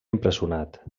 empresonat